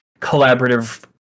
Collaborative